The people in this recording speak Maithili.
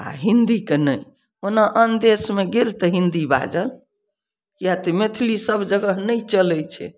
आ हिन्दीके नहि ओना आन देशमे गेल तऽ हिन्दी बाजल किए तऽ मैथली सब जगह नहि चलै छै